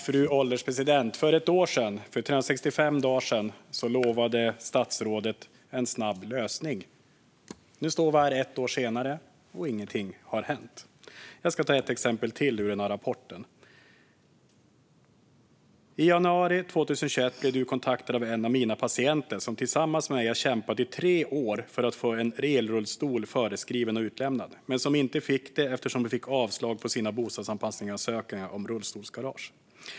Fru ålderspresident! För ett år sedan, för 365 dagar sedan, lovade statsrådet en snabb lösning. Nu står vi här ett år senare. Ingenting har hänt. Jag ska ta ett exempel till ur den här rapporten: "I januari 2021 blev du kontaktad av en av mina patienter som tillsammans med mig har kämpat i 3 år för att få en el-rullstol förskriven och utlämnad, men som inte fick eftersom hon fick avslag på sina bostadsanpassningsansökningar om rullstolsgarage.